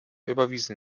überwiesen